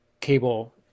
cable